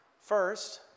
first